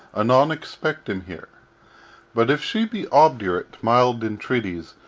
anon expect him here but if she be obdurate to mild entreaties,